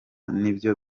nibyo